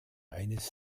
eines